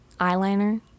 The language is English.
eyeliner